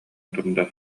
турда